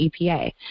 EPA